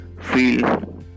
feel